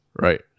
right